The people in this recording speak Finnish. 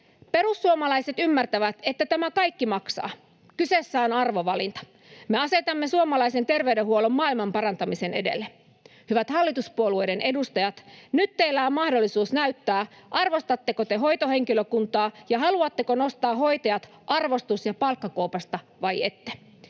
Perussuomalaiset ymmärtävät, että tämä kaikki maksaa. Kyseessä on arvovalinta: me asetamme suomalaisen terveydenhuollon maailmanparantamisen edelle. Hyvät hallituspuolueiden edustajat! Nyt teillä on mahdollisuus näyttää, arvostatteko te hoitohenkilökuntaa ja haluatteko nostaa hoitajat arvostus- ja palkkakuopasta vai ette.